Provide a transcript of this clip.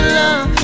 love